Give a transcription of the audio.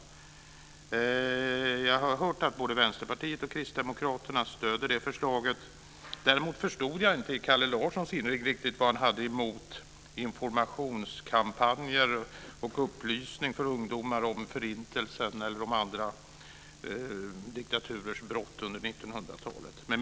Jag har hört att både Vänsterpartiet och Kristdemokraterna stöder det förslaget. Däremot förstod jag av Kalle Larssons inlägg inte riktigt vad han hade emot informationskampanjer och upplysning för ungdomar om förintelsen eller om andra diktaturers brott under 1900-talet.